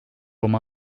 oma